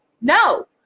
no